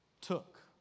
took